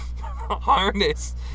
harness